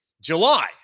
July